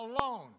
alone